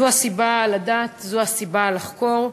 זו הסיבה לדעת, זו הסיבה לחקור.